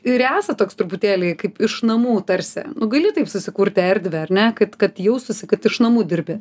ir esat toks truputėlį kaip iš namų tarsi nu gali taip susikurti erdvę ar ne kad kad jaustųsi kad iš namų dirbi